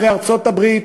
אחרי ארצות-הברית,